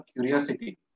curiosity